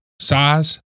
size